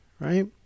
Right